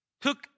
took